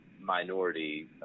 minority